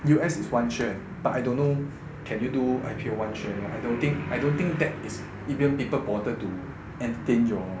U_S is one share but I don't know can you do I_P_O one share I don't think I don't think there is even people bother to entertain your